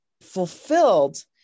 fulfilled